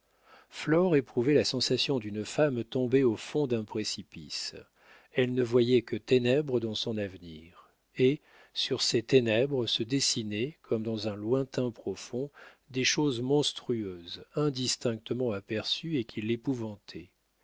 flore éprouvait la sensation d'une femme tombée au fond d'un précipice elle ne voyait que ténèbres dans son avenir et sur ces ténèbres se dessinaient comme dans un lointain profond des choses monstrueuses indistinctement aperçues et qui